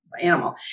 animal